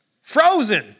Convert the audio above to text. Frozen